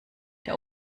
der